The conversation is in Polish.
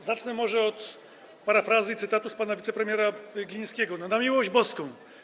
Zacznę może od parafrazy cytatu pana wicepremiera Glińskiego: No, na miłość boską!